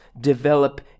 develop